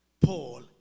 Paul